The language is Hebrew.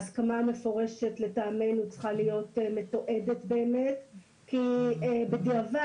ההסכמה המפורשת לטעמנו צריכה להיות מתועדת כי בדיעבד,